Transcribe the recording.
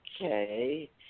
okay